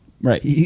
right